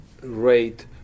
rate